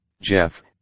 Jeff